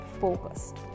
focused